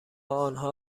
آنها